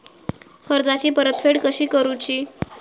कर्जाची परतफेड कशी करुची?